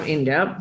India